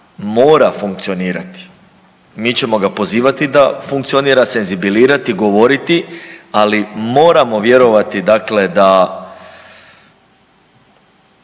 mora funkcionirati. Mi ćemo ga pozivati da funkcionira, senzibilizirati, govoriti, ali moramo vjerovati da ima nade